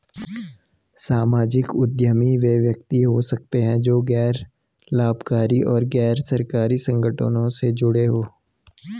सामाजिक उद्यमी वे व्यक्ति हो सकते हैं जो गैर लाभकारी और गैर सरकारी संगठनों से जुड़े हों